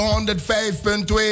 105.2